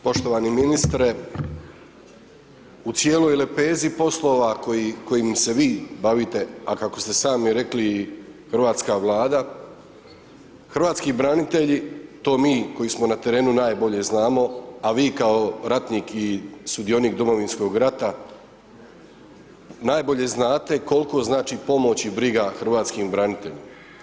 Poštovani ministre, u cijeloj lepezi poslova kojim se vi bavite, a kako ste samo rekli i hrvatska Vlada, hrvatski branitelji, to mi koji smo na terenu, najbolje znamo, a vi kao ratnik i sudionik Domovinskog rata, najbolje znate koliko znači pomoć i briga hrvatskim braniteljima.